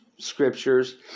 scriptures